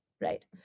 right